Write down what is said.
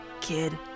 kid